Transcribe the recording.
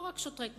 לא רק שוטרי תנועה,